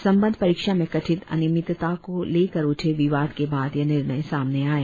संबंद्व परीक्षा में कथित अनियमितता को लेकर उठे विवाद के बाद यह निर्णय सामने आया